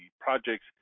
projects